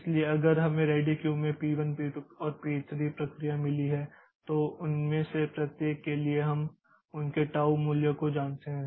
इसलिए अगर हमें रेडी क्यू में पी 1 पी 2 और P 3P1 P2 and P3 प्रक्रिया मिली हैं तो उनमें से प्रत्येक के लिए हम उनके टाऊ मूल्य को जानते हैं